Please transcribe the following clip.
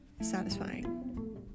satisfying